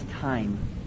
time